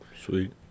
Sweet